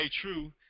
true